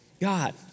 God